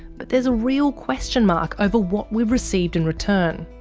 but there's a real question mark over what we've received in return.